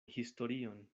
historion